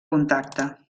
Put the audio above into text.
contacte